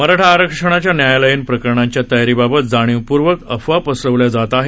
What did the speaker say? मराठा आरक्षणाच्या न्यायालयीन प्रकरणांच्या तयारीबाबत जाणीवपूर्वक अफवा पसरवल्या जात आहेत